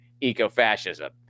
eco-fascism